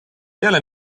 peale